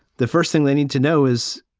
the first thing they need to know is,